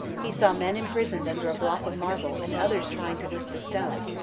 he saw men imprisoned under a block of marble and others trying to lift the stone.